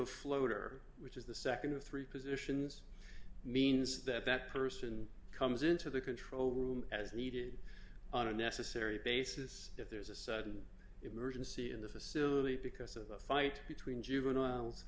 of floater which is the nd of three positions means that that person comes into the control room as needed on a necessary basis if there's a sudden emergency in the facility because of a fight between juveniles